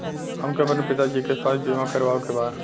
हमके अपने पिता जी के स्वास्थ्य बीमा करवावे के बा?